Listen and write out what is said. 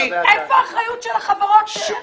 איפה האחריות של חברות האינטרנט?